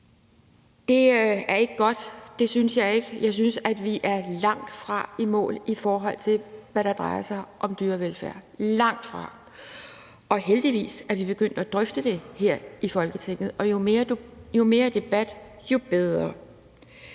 Det er ikke godt. Det synes jeg ikke at det er. Jeg synes, at vi langtfra er i mål, når det drejer sig om dyrevelfærd – langtfra. Heldigvis er vi begyndt at drøfte det her i Folketinget, og jo mere debat, jo bedre.